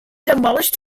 demolished